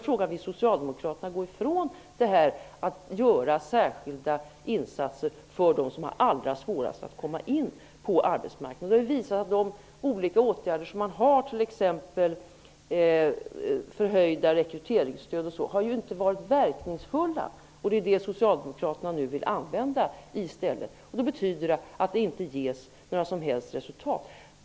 Frågan är om socialdemokraterna vill gå ifrån stadgandet om särskilda insatser för dem som har det allra svårast att komma in på arbetsmarknaden. Det har ju visat sig att de olika åtgärder som står till förfogande, t.ex. förhöjda rekryteringsstöd, inte har varit verkningsfulla, och det är dessa som socialdemokraterna nu vill använda. De kommer dock inte att ge några som helst resultat.